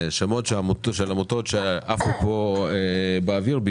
ושמות של עמותות שעפו פה באוויר,